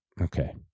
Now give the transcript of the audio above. okay